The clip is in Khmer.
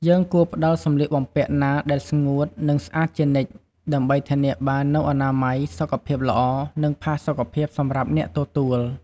យើងគួរផ្ដល់សម្លៀកបំពាក់ណាដែលស្ងួត និងស្អាតជានិច្ច ដើម្បីធានាបាននូវអនាម័យ សុខភាពល្អ និងផាសុកភាពសម្រាប់អ្នកទទួល។